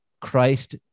Christ